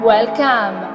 Welcome